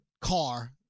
car